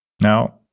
Now